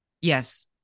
Yes